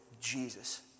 Jesus